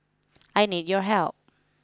I need your help